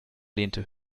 lehnte